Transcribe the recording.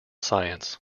science